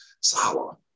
Salah